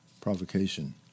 provocation